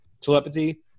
telepathy